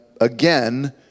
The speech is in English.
again